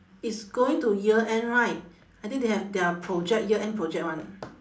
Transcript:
it's going to year end right I think they have their project year end project [one] eh